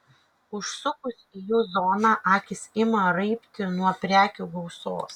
užsukus į jų zoną akys ima raibti nuo prekių gausos